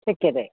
शक्यते